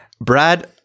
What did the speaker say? Brad